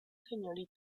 señoritas